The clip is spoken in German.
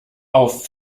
auf